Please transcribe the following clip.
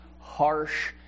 harsh